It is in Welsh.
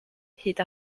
hyd